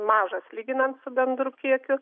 mažas lyginant su bendru kiekiu